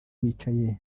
bicaye